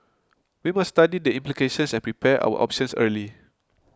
we must study the implications and prepare our options early